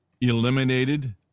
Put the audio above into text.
eliminated